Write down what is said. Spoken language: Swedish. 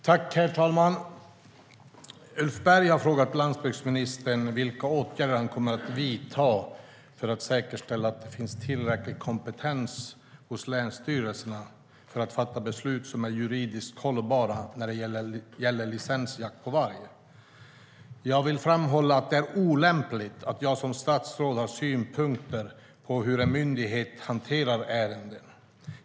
Herr talman! Ulf Berg har frågat landsbygdsministern vilka åtgärder han kommer att vidta för att säkerställa att det finns tillräcklig kompetens hos länsstyrelserna för att fatta beslut som är juridiskt hållbara när det gäller licensjakt på varg. Jag vill framhålla att det är olämpligt att jag som statsråd har synpunkter på hur en myndighet hanterar ärenden.